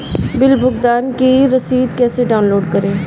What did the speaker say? Bill भुगतान की रसीद कैसे डाउनलोड करें?